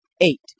Eight